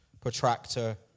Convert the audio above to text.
protractor